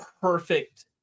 perfect